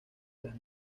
las